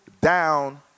down